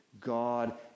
God